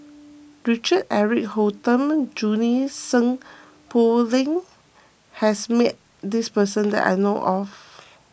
Richard Eric Holttum and Junie Sng Poh Leng has met this person that I know of